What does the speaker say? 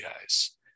guys